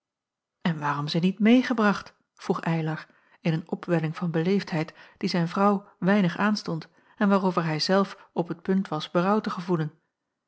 en waarom ze niet meêgebracht vroeg eylar in een opwelling van beleefdheid die zijn vrouw weinig aanstond en waarover hij zelf op t punt was berouw te gevoelen